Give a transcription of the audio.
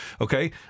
Okay